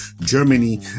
Germany